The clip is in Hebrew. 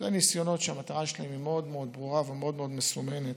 הם ניסיונות שהמטרה שלהם היא מאוד מאוד ברורה ומאוד מאוד מסומנת: